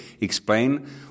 explain